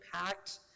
impact